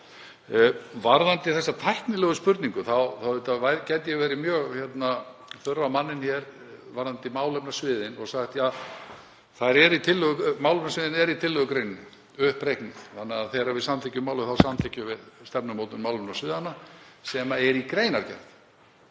Varðandi hina tæknilegu spurningu þá gæti ég verið mjög þurr á manninn varðandi málefnasviðin og sagt: Málefnasviðin eru í tillögugreininni, uppreiknuð, þannig að þegar við samþykkjum málið þá samþykkjum við stefnumótun málefnasviðanna sem er í greinargerð.